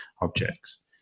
objects